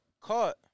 caught